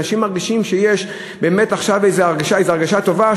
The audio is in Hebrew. אנשים מרגישים שיש הרגשה טובה,